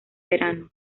verano